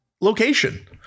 location